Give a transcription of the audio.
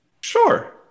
Sure